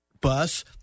bus